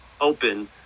open